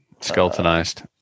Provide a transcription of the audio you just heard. Skeletonized